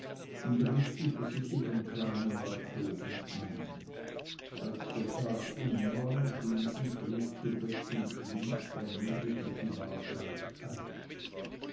und richtete sich in dem kleinen alkoven ein als der tag um war ging sie früh zu bett und schlief ermüdet wie sie war gleich ein